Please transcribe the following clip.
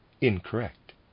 incorrect